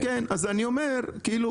אם כך,